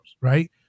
right